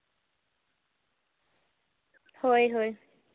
ᱦᱳᱭ ᱦᱳᱭ